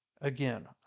again